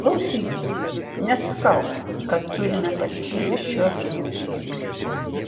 klausykit nesakau kad turime patikėti šiuo liudijimu